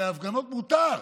הרי הפגנות מותר,